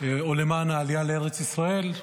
או למען העלייה לארץ ישראל,